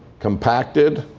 compacted,